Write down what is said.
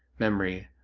memory,